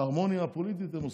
ההרמוניה הפוליטית הם עושים.